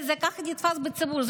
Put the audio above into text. כך זה נתפס בציבור.